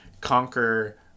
conquer